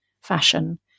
fashion